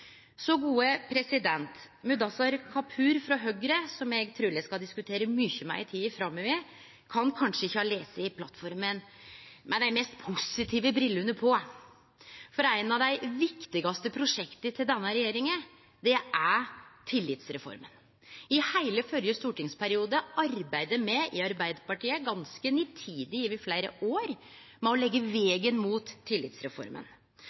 Mudassar Kapur frå Høgre, som eg truleg skal diskutere mykje med i tida framover, kan kanskje ikkje ha lese plattforma med dei mest positive brillene på, for eit av dei viktigaste prosjekta til denne regjeringa er tillitsreforma. I heile førre stortingsperiode arbeidde me i Arbeidarpartiet – ganske nitid, over fleire år – med å leggje vegen mot tillitsreforma.